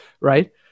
right